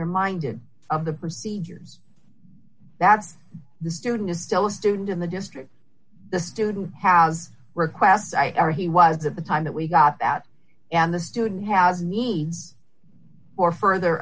reminded of the procedures that's the student is still a student in the district the student has request or he was at the time that we got that and the student has needs for further